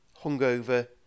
hungover